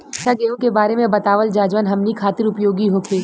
अच्छा गेहूँ के बारे में बतावल जाजवन हमनी ख़ातिर उपयोगी होखे?